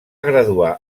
graduar